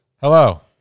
hello